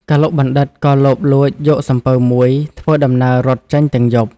កឡុកបណ្ឌិត ក៏លបលួចយកសំពៅមួយ ធ្វើ ដំណើររត់ចេញទាំងយប់ ។